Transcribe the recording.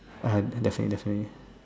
ah yeah definitely definitely